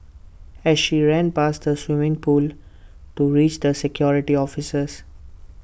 as she ran past the swimming pool to reach the security officers